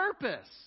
purpose